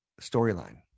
storyline